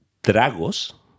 tragos